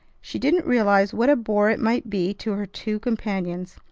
she didn't realize what a bore it might be to her two companions.